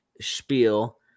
spiel